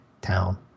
town